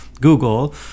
Google